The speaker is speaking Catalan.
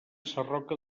sarroca